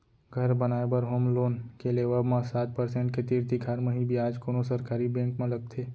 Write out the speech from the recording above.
घर बनाए बर होम लोन के लेवब म सात परसेंट के तीर तिखार म ही बियाज कोनो सरकारी बेंक म लगथे